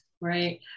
right